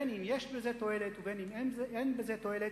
בין אם יש בזה תועלת ובין אם אין בזה תועלת,